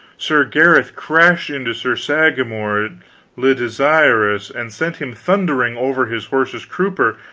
sir gareth crashed into sir sagramor le desirous and sent him thundering over his horse's crupper,